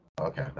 Okay